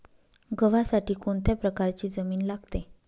गव्हासाठी कोणत्या प्रकारची जमीन लागते?